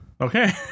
okay